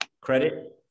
credit